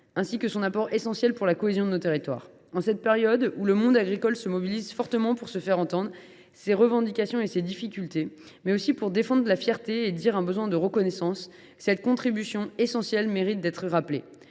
enfin son apport essentiel pour la cohésion de nos territoires. En cette période où le monde agricole se mobilise fortement, non seulement pour faire entendre ses revendications et ses difficultés, mais aussi pour exprimer sa fierté et son besoin de reconnaissance, cette contribution essentielle mérite d’être rappelée.